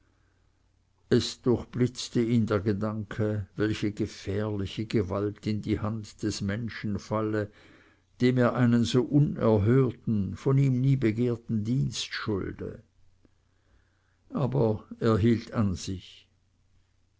es durchblitzte ihn der gedanke welche gefährliche gewalt in die hand des menschen falle dem er einen so unerhörten von ihm nie begehrten dienst schulde aber er hielt an sich